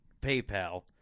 PayPal